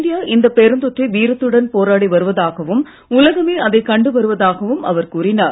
இந்திய இந்த பெருந்தொற்றை வீரத்துடன் போராடி வருவதாகவும் உலகமே அதை கண்டு வருவதாகவும் அவர் கூறினார்